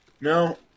No